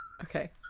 Okay